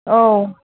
औ